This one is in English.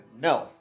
No